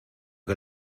que